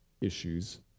issues